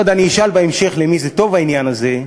אני עוד אשאל בהמשך למי זה טוב, העניין הזה,